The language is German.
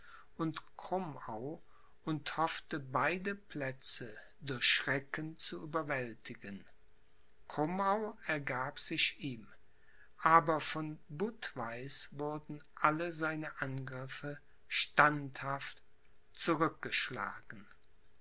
und krummau und hoffte beide plätze durch schrecken zu überwältigen krummau ergab sich ihm aber von budweiß wurden alle seine angriffe standhaft zurückgeschlagen